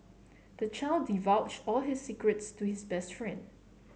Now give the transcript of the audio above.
the child divulged all his secrets to his best friend